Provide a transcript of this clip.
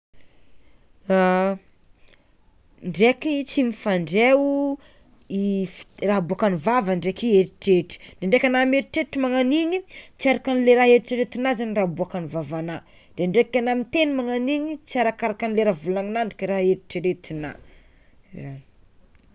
Ndraiky tsy mifandray o i fit- raha aboakan'ny vava ndraiky eritreritry, ndraindraiky anao mieritreritry magnan'igny tsy araka anle raha eritreritinao zany raha aboakan'ny vavanao, ndraindraiky anao miteny magnan'igny tsy araka anle raha volaninao ndraiky raha eritreritina, zany.